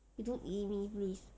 you don't !ee! me please